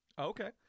Okay